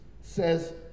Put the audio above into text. says